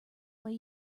why